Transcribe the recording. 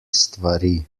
stvari